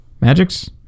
Magics